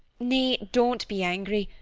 nay, don't be angry,